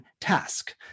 task